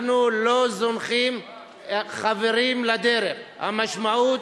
אנחנו לא זונחים חברים לדרך, המשמעות,